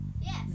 Yes